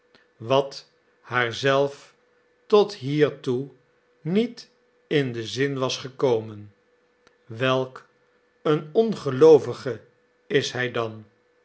wat haar zelf tot hiertoe niet in den zin was gekomen welk een ongeloovige is hij dan